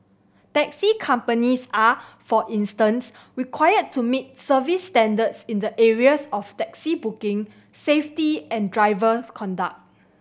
taxi companies are for instance required to meet service standards in the areas of taxi booking safety and drivers conduct